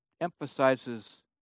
emphasizes